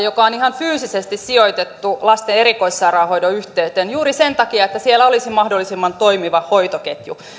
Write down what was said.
joka on ihan fyysisesti sijoitettu lasten erikoissairaanhoidon yhteyteen juuri sen takia että siellä olisi mahdollisimman toimiva hoitoketju